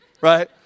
right